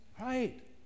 Right